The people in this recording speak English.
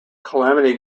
calamity